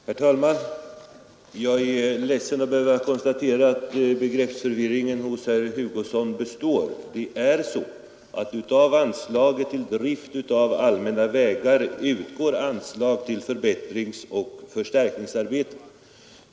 Herr talman! Jag är ledsen att behöva konstatera att begreppsförvirringen hos herr Hugosson består. Det är så, att av anslaget till drift av allmänna vägar utgår bidrag till förbättringsoch förstärkningsarbeten.